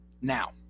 Now